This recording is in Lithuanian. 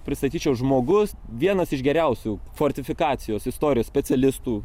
pristatyčiau žmogus vienas iš geriausių fortifikacijos istorijos specialistų